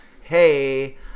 hey